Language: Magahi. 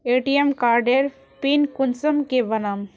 ए.टी.एम कार्डेर पिन कुंसम के बनाम?